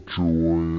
joy